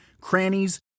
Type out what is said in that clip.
crannies